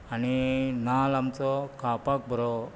आनी नाल्ल आमचो खावपाक बरो